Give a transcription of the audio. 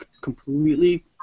completely